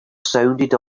sounded